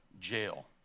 jail